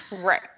Right